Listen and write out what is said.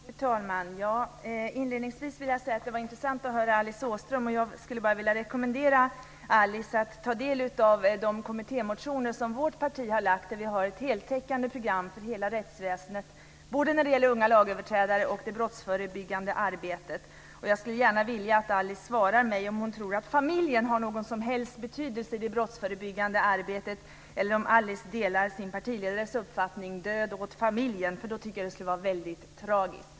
Fru talman! Inledningsvis skulle jag vilja säga att det var intressant att höra Alice Åström här. Jag skulle vilja rekommendera henne att ta del av de kommittémotioner som vi i vårt parti har lagt fram och där vi har ett heltäckande program för hela rättsväsendet, både när det gäller unga lagöverträdare och när det gäller det brottsförebyggande arbetet. Jag skulle önska att Alice Åström svarade på frågan om hon tror att familjen har någon som helst betydelse i det brottsförebyggande arbetet. Eller delar Alice Åström sin partiledares uppfattning - död åt familjen? I så fall tycker jag att det är väldigt tragiskt.